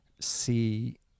see